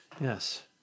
Yes